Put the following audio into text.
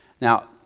Now